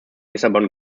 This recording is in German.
lissabon